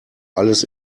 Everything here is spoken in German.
alles